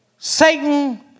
Satan